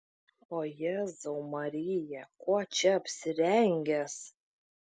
ir jėzau marija kuo čia apsirengęs